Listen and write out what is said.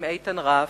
עם איתן רף,